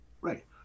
Right